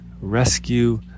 rescue